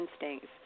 instincts